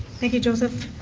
thank you, joseph.